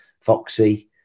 Foxy